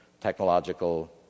technological